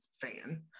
fan